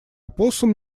опоссум